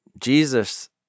Jesus